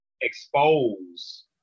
expose